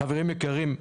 חברים יקרים,